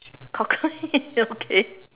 cockroach okay